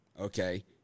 okay